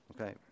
Okay